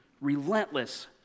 Relentless